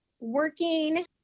working